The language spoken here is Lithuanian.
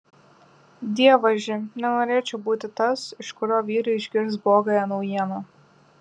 dievaži nenorėčiau būti tas iš kurio vyrai išgirs blogąją naujieną